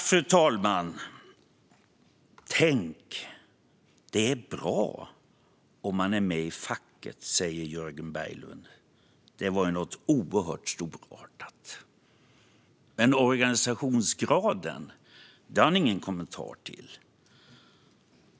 Fru talman! Tänk, det är bra om man är med i facket, säger Jörgen Berglund. Det är oerhört storartat! Men organisationsgraden har han ingen kommentar till.